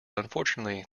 unfortunately